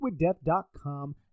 liquiddeath.com